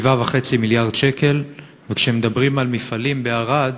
7.5 מיליארד שקל, וכשמדברים על מפעלים בערד